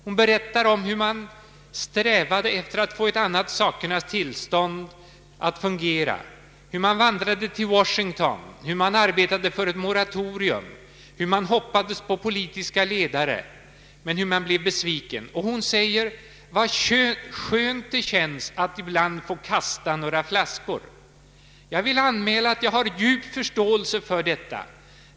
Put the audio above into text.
Hon berättar om hur ungdomen strävat efter att få ett annat sakernas tillstånd att fungera, hur man vandrat till Washington, hur man arbetat för ett moratorium, hur man hoppats på politiska ledare men hur besviken man blev. Hon säger: ”Vad skönt det känns att ibland få kasta några flaskor.” Jag vill anmäla att jag har djup förståelse för detta.